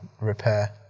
repair